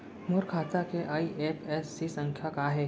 मोर खाता के आई.एफ.एस.सी संख्या का हे?